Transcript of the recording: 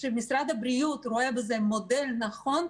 ומשרד הבריאות רואה בזה מודל נכון,